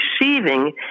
receiving